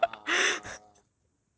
!wah!